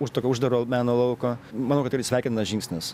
už tokio uždaro meno lauko manau kad tai yra sveikintinas žingsnis